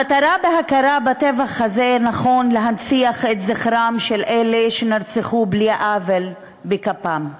המטרה בהכרה בטבח הזה היא להנציח את זכרם של אלה שנרצחו בלא עוול בכפם,